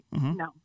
No